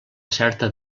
certa